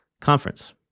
conference